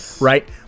right